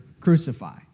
crucify